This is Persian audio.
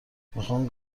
میخان